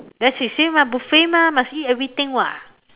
then she say mah buffet mah must eat everything [what]